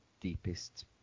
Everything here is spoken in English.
deepest